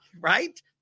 right